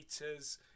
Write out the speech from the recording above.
meters